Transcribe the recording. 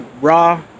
Raw